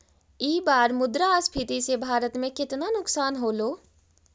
ई बार मुद्रास्फीति से भारत में केतना नुकसान होलो